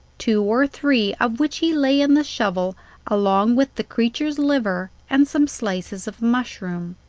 two or three of which he lay in the shovel along with the creature's liver and some slices of mushroom.